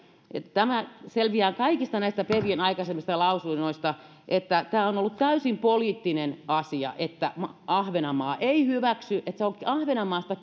tämä selviää kaikista näistä pevin aikaisemmista lausunnoista että tämä on ollut täysin poliittinen asia ahvenanmaa ei hyväksy se on ahvenanmaasta